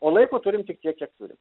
o laiko turim tik tiek kiek turim